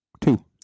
Two